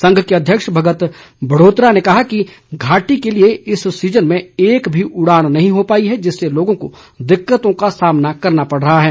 संघ के अध्यक्ष भगत बड़ोत्रा ने कहा कि घाटी के लिए इस सीजन में एक भी उड़ाने नहीं हो पाई है जिससे लोगों को दिक्कतों का सामना करना पड़ रहा है